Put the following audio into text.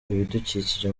ibidukikije